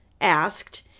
asked